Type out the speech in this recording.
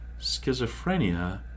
schizophrenia